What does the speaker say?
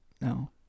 No